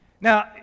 Now